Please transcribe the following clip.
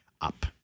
up